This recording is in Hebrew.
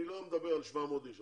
אני לא מדבר על 700 אנשים.